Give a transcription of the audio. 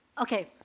Okay